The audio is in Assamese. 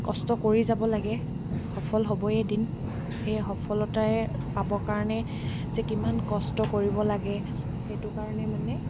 কষ্ট কৰি যাব লাগে সফল হ'বই এদিন সেই সফলতাৰে পাবৰ কাৰণে যে কিমান কষ্ট কৰিব লাগে সেইটো কাৰণে মানে